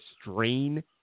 strain